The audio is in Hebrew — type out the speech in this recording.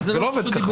זה לא עובד ככה.